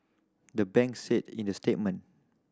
the banks said in the statement